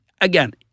again